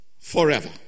Forever